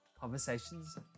Conversations